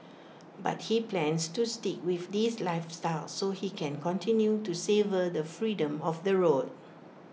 but he plans to stick with this lifestyle so he can continue to savour the freedom of the road